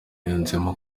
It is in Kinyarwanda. yunzemo